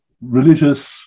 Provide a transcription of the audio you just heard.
religious